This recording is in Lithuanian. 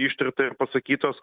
ištirta ir pasakytos